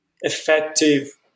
Effective